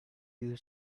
you